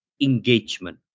engagement